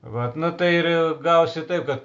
vat nu tai ir gavosi taip kad